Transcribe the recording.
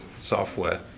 software